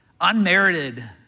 unmerited